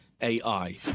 AI